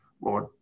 Lord